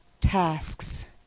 tasks